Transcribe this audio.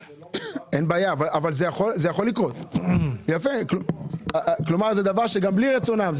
כלומר, זה דבר שיכול לקרות גם בלי רצונם.